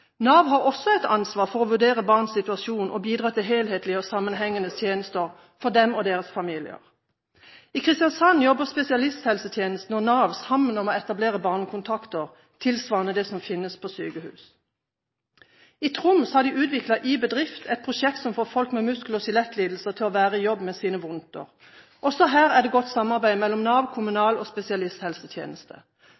Nav har også et ansvar for å vurdere barns situasjon og bidra til helhetlige og sammenhengende tjenester for dem og deres familier. I Kristiansand jobber spesialisthelsetjenesten og Nav sammen om å etablere barnekontakter tilsvarende det som finnes på sykehus. I Troms har de utviklet iBedrift – et prosjekt som får folk med muskel- og skjelettlidelser til å være i jobb med sine vondter. Også her er det godt samarbeid mellom Nav,